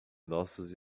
nossos